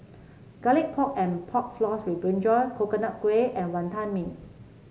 Garlic Pork and Pork Floss with brinjal Coconut Kuih and Wonton Mee